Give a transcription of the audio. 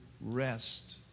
rest